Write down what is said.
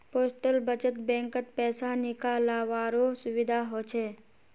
postal बचत बैंकत पैसा निकालावारो सुविधा हछ